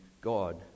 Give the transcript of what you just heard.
God